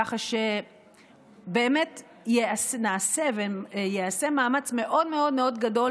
כך שבאמת נעשה וייעשה מאמץ מאוד מאוד מאוד גדול